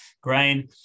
grain